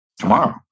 tomorrow